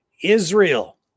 Israel